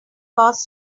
cause